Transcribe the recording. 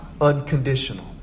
unconditional